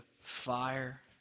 fire